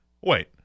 wait